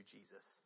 Jesus